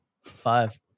five